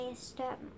step